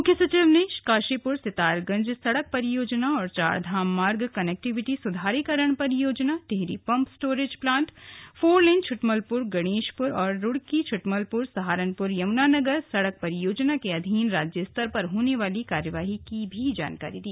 मुख्य सचिव ने काशीपुर सितारगंज सड़क परियोजना और चारधाम मार्ग कनेक्टिविटी सुधारीकरण परियोजना Tehri pump storage plant four lane Chhutmalpur Ganeshpur और रूड़की छ्टमलपुर सहारनपुर यमुनानगर सड़क परियोजना के अधीन राज्य स्तर पर होने वाली कार्यवाही की भी जानकारी दी